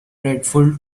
dreadful